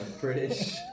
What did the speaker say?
British